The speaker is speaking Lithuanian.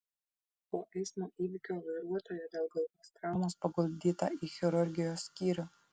po eismo įvykio vairuotoja dėl galvos traumos paguldyta į chirurgijos skyrių